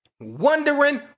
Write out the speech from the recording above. wondering